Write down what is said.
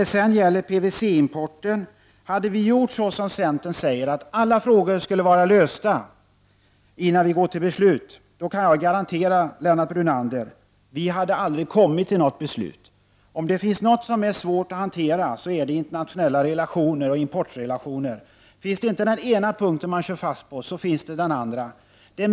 När det gäller PVC-importen vill jag säga, att hade vi gjort så som centern menar, att alla frågor skall vara lösta innan vi fattar beslut, kan jag garantera Lennart Brunander att vi aldrig hade kommit fram till något beslut. Om det finns något som det är svårt att hantera så är det internationella relationer och importrelationer. Kör man inte fast på den ena punkten gör man det på den andra.